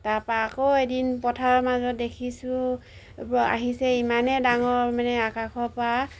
তাৰপা আকৌ এদিন পথাৰৰ মাজত দেখিছোঁ আহিছে ইমানে ডাঙৰ মানে আকাশৰ পৰা